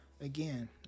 again